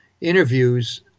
interviews